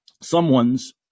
someone's –